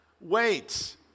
Wait